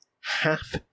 half